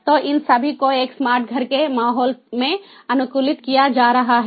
तो इन सभी को एक स्मार्ट घर के माहौल में अनुकूलित किया जा रहा है